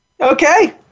okay